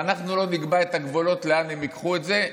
ואנחנו לא נקבע את הגבולות לאן הם ייקחו את זה,